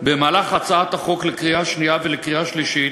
להכנת הצעת החוק לקריאה שנייה ולקריאה שלישית